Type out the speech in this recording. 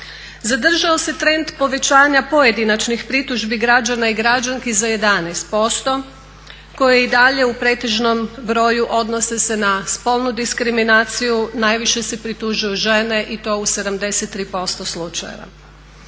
Zadržao se trend povećanja pojedinačnih pritužbi građana i građanki za 11% koje u dalje u pretežnom broju odnose se na spolnu diskriminaciju, najviše se pritužuju žene i to u 73% slučajeva.